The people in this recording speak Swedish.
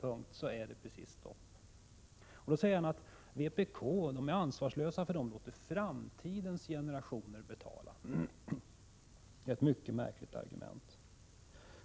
Sedan säger finansministern att vi i vpk är ansvarslösa därför att vi låter framtidens generationer betala. Det är ett mycket märkligt argument.